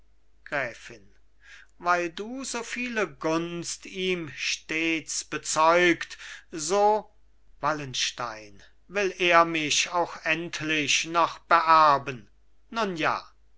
gräfin weil du so viele gunst ihm stets bezeugt so wallenstein will er mich auch endlich noch beerben nun ja